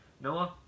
Noah